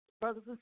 brothers